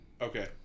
Okay